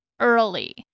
early